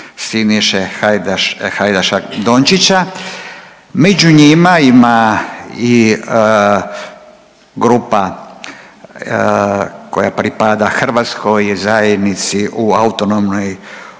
Siniša Hajdaša Dončića. Među njima ima i grupa koja pripada Hrvatskoj zajednici u Autonomnoj